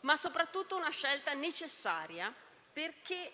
ma soprattutto una scelta necessaria perché